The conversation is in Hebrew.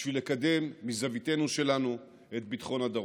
בשביל לקדם מזוויתנו שלנו את ביטחון הדרום.